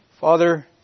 Father